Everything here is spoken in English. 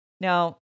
now